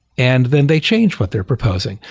and then they change what they're proposing.